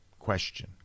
question